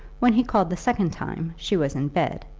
when he called the second time she was in bed,